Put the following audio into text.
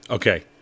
Okay